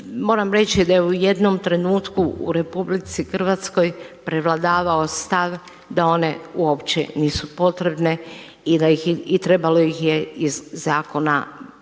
Moram reći da je u jednom trenutku u RH prevladavao stav da one uopće nisu potrebne i da ih, i trebalo ih je iz zakona brisati.